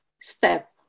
step